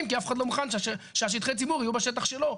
כי אף אחד לא מוכן ששטחי הציבור יהיו בשטח שלו.